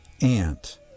ant